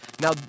Now